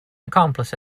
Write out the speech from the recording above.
accomplice